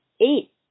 eight